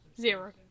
Zero